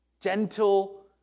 Gentle